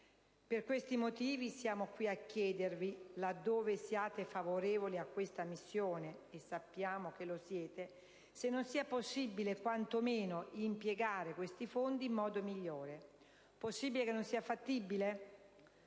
Per questi motivi siamo qui a chiedervi, laddove siate favorevoli a questa missione (e sappiamo che lo siete), se non sia possibile quanto meno impiegare questi fondi in modo migliore. Possibile che non sia fattibile?